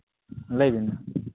ᱞᱟᱹᱭ ᱵᱤᱱ ᱢᱟ